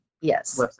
yes